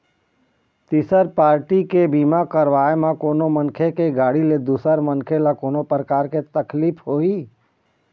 तिसर पारटी के बीमा करवाय म कोनो मनखे के गाड़ी ले दूसर मनखे ल कोनो परकार के तकलीफ होही